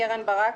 קרן ברק,